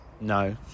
No